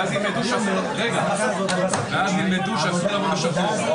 ואם הרציונל הוא שאתה נכנס בנעלי התובע